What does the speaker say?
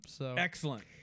Excellent